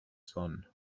son